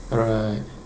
alright